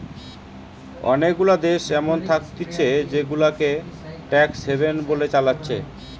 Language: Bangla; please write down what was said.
অনেগুলা দেশ এমন থাকতিছে জেগুলাকে ট্যাক্স হ্যাভেন বলে চালাচ্ছে